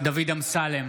דוד אמסלם,